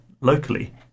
locally